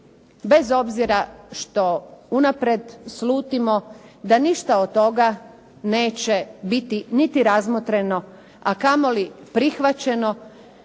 bez obzira što unaprijed slutimo da ništa od toga neće biti niti razmotreno, a kamoli prihvaćeno.